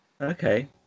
Okay